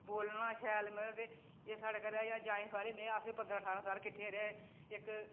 बोलना शैल ते एह् साढ़े ज्वॉइंट ते अस बी पंदरां ठारां साल किट्ठे गै रेह् इक